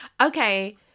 Okay